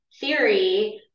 theory